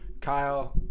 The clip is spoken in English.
Kyle